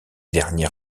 dernier